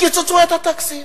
קיצצו את התקציב,